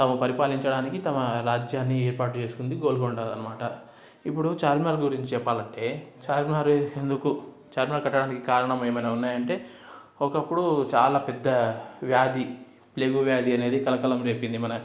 తమ పరిపాలించడానికి తమ రాజ్యాన్ని ఏర్పాటు చేసుకుంది గోల్కొండ అన్నమాట ఇప్పుడు చార్మినార్ గురించి చెప్పాలంటే చార్మినారే ఎందుకు చార్మినార్ కట్టడానికి కారణం ఏమైనా ఉన్నాయంటే ఒకప్పుడూ చాలా పెద్ద వ్యాధి ప్లేగు వ్యాధి అనేది కలకలం రేపింది మన